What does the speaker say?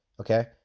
okay